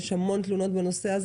יש המון תלונות בנושא הזה